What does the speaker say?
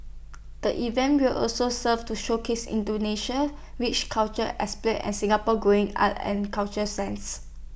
the event will also serve to showcase Indonesia's rich cultural and Singapore's growing arts and culture sense